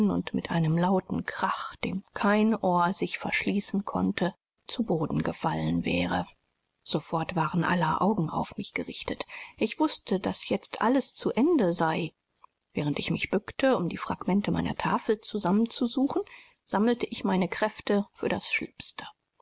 und mit einem lauten krach dem kein ohr sich verschließen konnte zu boden gefallen wäre sofort waren aller augen auf mich gerichtet ich wußte daß jetzt alles zu ende sei während ich mich bückte um die fragmente meiner tafel zusammenzusuchen sammelte ich meine kräfte für das schlimmste